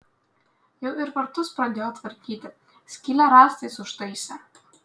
jau ir vartus pradėjo tvarkyti skylę rąstais užtaisė